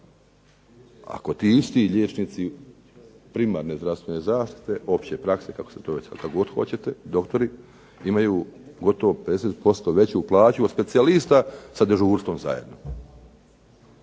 Ako ti isti liječnici primarne zdravstvene zaštite, opće prakse kako se to već, kako god hoćete, doktori imaju gotovo 50% veću plaću od specijalista sa dežurstvom zajedno.